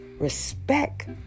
respect